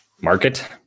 market